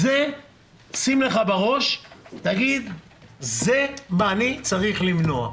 את זה שים לך בראש ותגיד שאת זה אתה צריך למנוע.